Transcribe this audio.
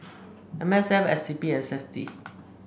M S F S D P and Safti